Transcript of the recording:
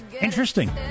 Interesting